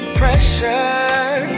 pressure